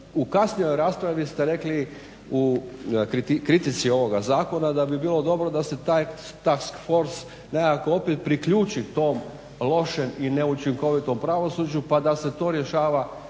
u kasnijoj raspravi ste rekli u kritici ovoga zakona da bi bilo da se taj task force nekako opet priključi tom lošem i neučinkovitom pravosuđa pa se to rješava